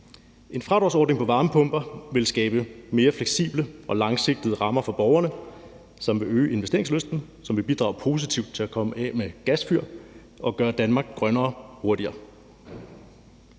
En fradragsordning på varmepumper vil skabe mere fleksible og langsigtede rammer for borgerne, hvilket vil øge investeringslysten, hvilket vil bidrage positivt til, at folk kommer af med deres gasfyr, som vil gøre Danmark grønnere hurtigere.